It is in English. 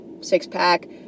six-pack